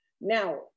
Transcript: Now